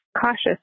cautious